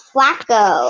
Flacco